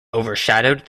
overshadowed